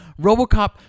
Robocop